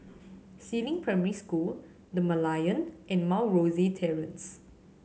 Si Ling Primary School The Merlion and Mount Rosie Terrace